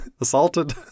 assaulted